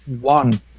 one